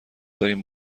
داریم